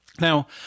Now